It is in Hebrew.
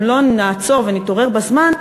אם לא נעצור ונתעורר בזמן,